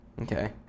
Okay